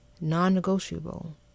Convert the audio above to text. non-negotiable